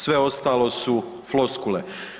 Sve ostalo su floskule.